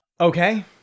Okay